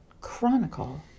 chronicle